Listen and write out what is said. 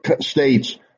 states